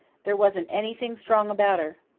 there wasn't anything strong about her.